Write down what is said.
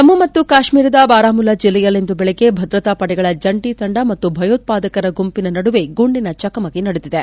ಜಮ್ಮು ಮತ್ತು ಕಾಶ್ಮೀರದ ಬಾರಾಮುಲ್ಲಾ ಜಿಲ್ಲೆಯಲ್ಲಿಂದು ಬೆಳಗ್ಗೆ ಭದ್ರತಾ ಪಡೆಗಳ ಜಂಟಿ ತಂಡ ಮತ್ತು ಭಯೋತ್ಸಾದಕರ ಗುಂಪಿನ ನಡುವೆ ಗುಂಡಿನ ಚಕಮಕಿ ನಡೆದಿದೆ